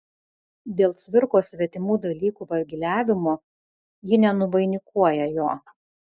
dėl cvirkos svetimų dalykų vagiliavimo ji nenuvainikuoja jo